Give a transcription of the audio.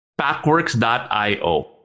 Packworks.io